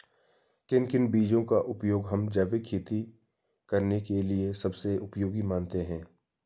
किन किन बीजों का उपयोग हम जैविक खेती करने के लिए सबसे उपयोगी मानते हैं?